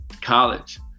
college